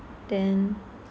then